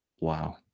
wow